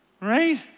Right